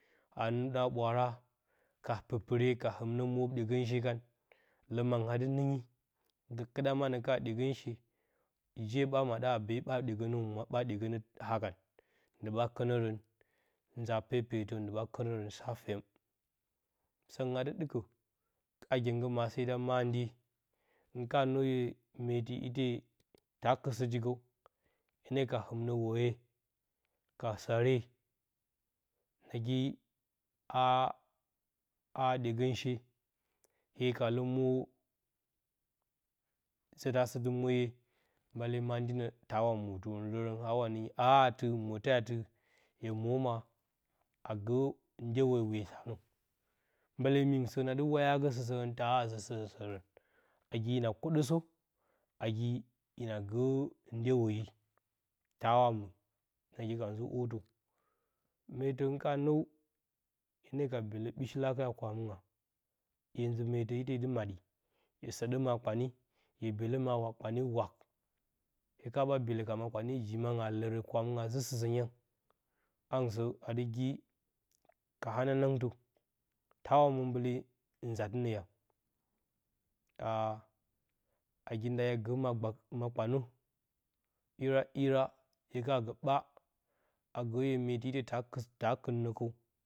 A hɨn maa ɓwaara ka pirpire ka hɨmnə hwo dyegənshe kan, lə mangɨn adɨ nɨnyi gə kɨɗa manə ka ɗye gonshe je ɓa maɗa a bee ɓa ɗyegənə humwa, ɓa ɗyegənə hakan, dɨ ɓa kənərən sa fyem. səngɨn adɨ ɗɨkə, a gyeng gə maase da mandye hɨn kana nəw hye meeti ite ta kɨt sɨti kəw hye ne ka hɨmnə woyee ka sare nagi a haa ɗyegə nshe hye kalə mwo zətə a sɨtɨ morye, mbalə mandyi nə tana motɨrən lərən awa nɨnyi, a ati mote ati mote ati hye mwo ma a gə ndyewe weesa nə mbale mingɨnsə nadɨ waya gə sɨsərən tawa zə sɨsərən, shilake nagi hina koɗəsə nagi hina gə ndyweyi, tawa mwi nagi ka zɨ orətə. Meetə hɨn kana nəw, hye ne ka byelə ɓishilake a kwa nji meetə ite de maɗa, hye sənɗə ma-kpane, bye byelə ma-kpane wak, hye ka ɓo byelə ka ma-kpane jiimanga a lərə kwamɨnga a zə sisən yang. Hangen sə adɨ gi ka hananangtə tawa mwo mbale nzatɨnə yang a nagi nda hye gə ma gba ma-kpanə ira ira, hye kana ə ɓaa, agə hye meeti ite, ta kɨtnə kəw.